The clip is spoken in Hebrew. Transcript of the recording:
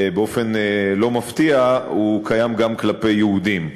באופן לא מפתיע, קיים גם כלפי יהודים,